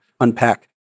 unpack